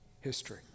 history